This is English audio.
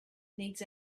needs